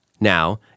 Now